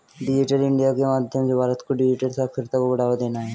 digital India के माध्यम से भारत को डिजिटल साक्षरता को बढ़ावा देना है